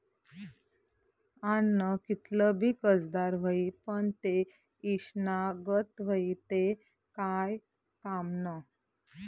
आन्न कितलं भी कसदार व्हयी, पन ते ईषना गत व्हयी ते काय कामनं